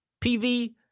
PV